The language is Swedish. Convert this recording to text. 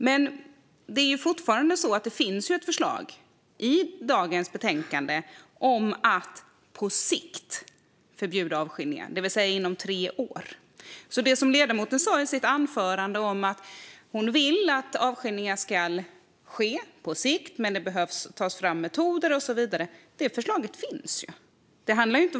Men det är ju fortfarande så att det finns ett förslag i betänkandet om att på sikt förbjuda avskiljningar, det vill säga inom tre år. Ledamoten sa i sitt anförande att hon vill att avskiljningar ska avskaffas på sikt men att det behöver tas fram metoder och så vidare. Det förslaget finns ju!